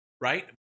right